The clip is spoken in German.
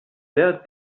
sehr